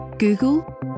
Google